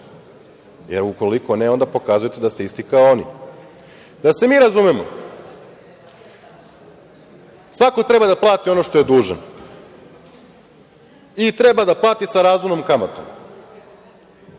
Ukoliko ne, onda pokazujete da ste isti kao oni. Da se mi razumemo, svako treba da plati ono što je dužan i treba da plati sa razumnom kamatom.